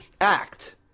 act